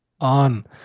on